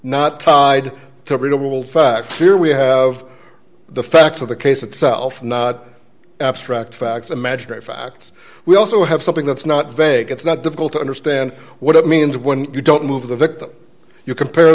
not tied to a readable fact here we have the facts of the case itself not abstract facts imaginary facts we also have something that's not vague it's not difficult to understand what it means when you don't move the victim you compare